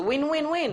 זה win-win-win.